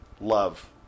love